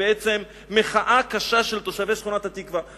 ובעצם מחאה קשה, של תושבי שכונת התקווה.